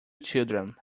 children